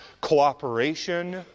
cooperation